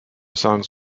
songs